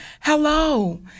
hello